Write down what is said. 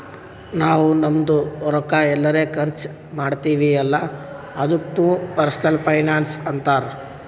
ನಾವ್ ನಮ್ದು ರೊಕ್ಕಾ ಎಲ್ಲರೆ ಖರ್ಚ ಮಾಡ್ತಿವಿ ಅಲ್ಲ ಅದುಕ್ನು ಪರ್ಸನಲ್ ಫೈನಾನ್ಸ್ ಅಂತಾರ್